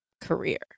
career